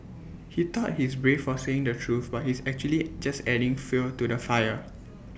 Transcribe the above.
he thought he's brave for saying the truth but he's actually just adding fuel to the fire